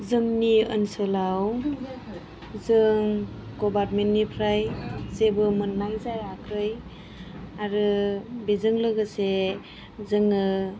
जोंनि ओनसोलाव जों गभर्नमेन्ट निफ्राय जेबो मोननाय जायाखै आरो बेजों लोगोसे जोङो